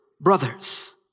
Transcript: brothers